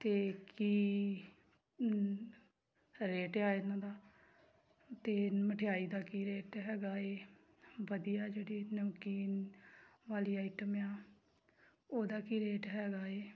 ਅਤੇ ਕੀ ਰੇਟ ਆ ਇਹਨਾਂ ਦਾ ਅਤੇ ਮਠਿਆਈ ਦਾ ਕੀ ਰੇਟ ਹੈਗਾ ਹੈ ਵਧੀਆ ਜਿਹੜੀ ਨਮਕੀਨ ਵਾਲੀ ਆਈਟਮ ਆ ਉਹਦਾ ਕੀ ਰੇਟ ਹੈਗਾ ਹੈ